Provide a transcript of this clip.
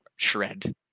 Shred